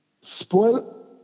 Spoil